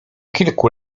kilku